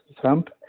Trump